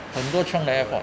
很多种的 AirPod